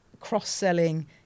cross-selling